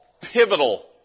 pivotal